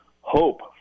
hope